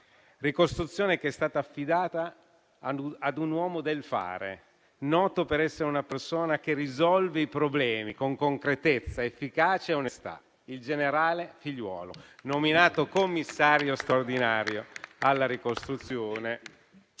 ricostruzione è stata affidata ad un uomo del fare, noto per essere una persona che risolve i problemi con concretezza, efficacia e onestà, il generale Figliuolo, nominato commissario straordinario alla ricostruzione.